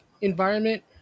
environment